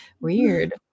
weird